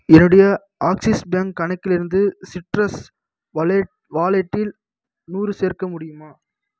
என்னுடைய Axis Bank கணக்கிலிருந்து citrus வலே வாலெட்டில் நூறு சேர்க்க முடியுமா